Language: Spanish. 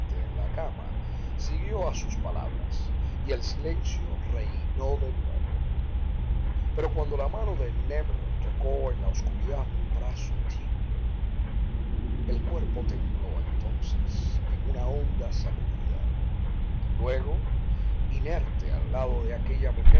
en la cama siguió a sus palabras y el silencio reinó de nuevo pero cuando la mano de nébel tocó en la oscuridad un brazo tibio el cuerpo tembló entonces en una honda sacudida luego inerte al lado de aquella mujer